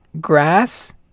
grass